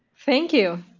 thank you.